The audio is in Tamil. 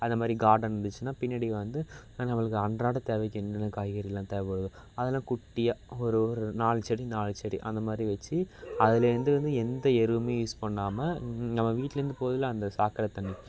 அந்த மாதிரி கார்டன் இருந்துச்சுன்னா பின்னாடி வந்து அன்றாட தேவைக்கு என்னென்ன காய்கறி எல்லாம் தேவைப்படுதோ அதெலாம் குட்டியாக ஒரு ஒரு நாலு செடி நாலு செடி அந்த மாதிரி வச்சி அதுலந்து வந்து எந்த எருவுமே யூஸ் பண்ணாமல் நம்ம வீட்லந்து போகுதுல அந்த சாக்கடை தண்ணி